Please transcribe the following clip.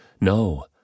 No